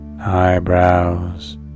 eyebrows